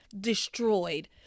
destroyed